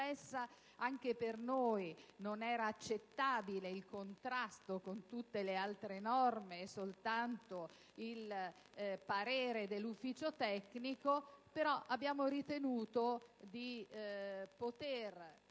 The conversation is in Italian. Anche per noi non era accettabile il contrasto con tutte le altre norme rispetto al parere dell'ufficio tecnico, però abbiamo ritenuto di poter